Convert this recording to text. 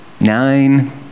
nine